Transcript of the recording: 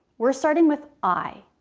we're starting with i.